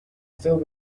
still